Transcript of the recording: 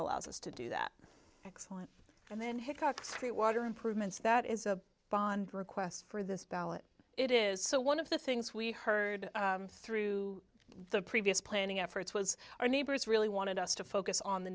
allows us to do that excellent and then hitchcock's the water improvements that is a bond request for this ballot it is so one of the things we heard through the previous planning efforts was our neighbors really wanted us to focus on the